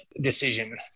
decision